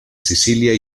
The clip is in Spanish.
sicilia